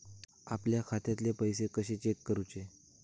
आपल्या खात्यातले पैसे कशे चेक करुचे?